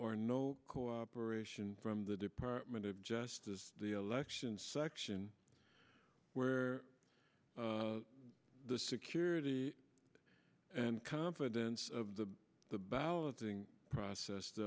or no cooperation from the department of justice the election section where the security and confidence of the balloting process the